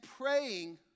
praying